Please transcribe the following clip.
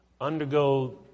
undergo